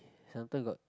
sometime got